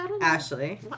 Ashley